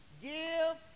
Give